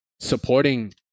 supporting